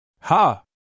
Ha